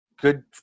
good